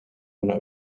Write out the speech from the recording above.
una